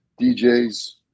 DJ's